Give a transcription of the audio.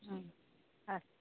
ह